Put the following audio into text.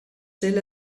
still